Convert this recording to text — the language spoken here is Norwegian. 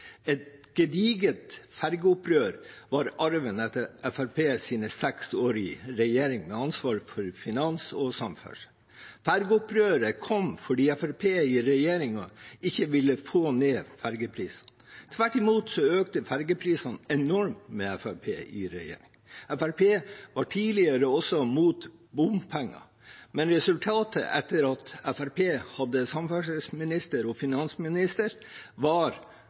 Et gedigent fergeopprør var arven etter Fremskrittspartiets seks år i regjering, med ansvar for finans og samferdsel. Fergeopprøret kom fordi Fremskrittspartiet og regjeringen ikke ville få ned fergeprisene. Tvert imot økte fergeprisene enormt med Fremskrittspartiet i regjering. Fremskrittspartiet var tidligere også imot bompenger, men resultatet etter at Fremskrittspartiet hadde samferdselsministeren og finansministeren, var